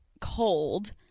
cold